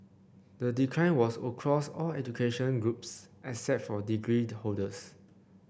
the decline was across all education groups except for degree holders